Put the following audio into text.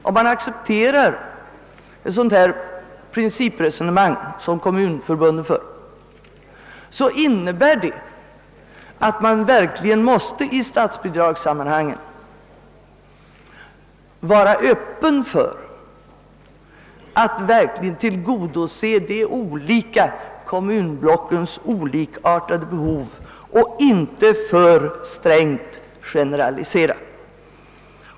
Om man accepterar ett sådant principresonemang som kommunförbunden för, innebär det att man i statsbidragssammanhang verkligen måste vara Öppen för att tillgodose de olika kommunblockens olikartade behov och inte generalisera.